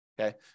okay